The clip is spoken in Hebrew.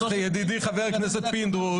ידידי חבר הכנסת פינדרוס,